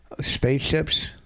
Spaceships